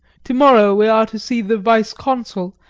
to-morrow we are to see the vice-consul,